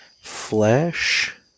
Flesh